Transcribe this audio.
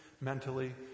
mentally